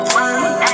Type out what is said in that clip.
one